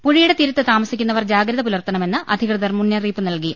പൂഴ്യുടെ തീരത്ത് താമസിക്കുന്നവർ ജാഗ്രതപുലർത്തണമെന്ന് അധികൃതർ മുന്നറിയിപ്പ് നൽകി